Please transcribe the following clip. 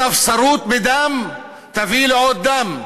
ספסרות בדם תביא לעוד דם.